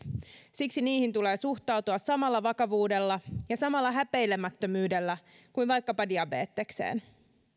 siksi niihin tulee suhtautua samalla vakavuudella ja samalla häpeilemättömyydellä kuin vaikkapa diabetekseen